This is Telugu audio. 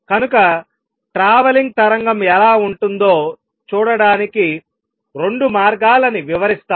కనుక ట్రావలింగ్ తరంగం ఎలా ఉంటుందో చూడటానికి 2 మార్గాలని వివరిస్తాను